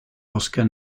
oscar